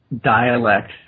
dialect